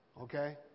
Okay